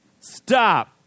Stop